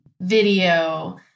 video